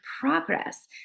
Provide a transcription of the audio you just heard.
progress